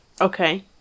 Okay